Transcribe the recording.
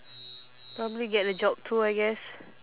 probably get a job too I guess